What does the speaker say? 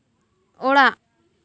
ᱚᱲᱟᱜ